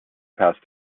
passed